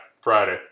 Friday